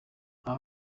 aba